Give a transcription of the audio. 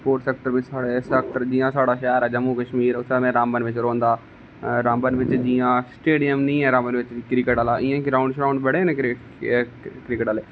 sport sector बिच साढ़ा शैह्र ऐ जम्मू कश्मीर उत्थै में रामबन बिच रौंहदा रामबन बिच जि'यां स्टेडियम नेईं ऐ क्रिकट आहला इ'यां ग्रांउड बड़े ना इयांं क्रिकट